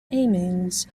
amines